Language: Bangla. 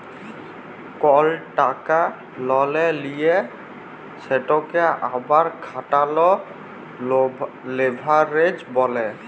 কল টাকা ললে লিঁয়ে সেটকে আবার খাটালে লেভারেজ ব্যলে